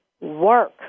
Work